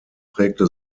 prägte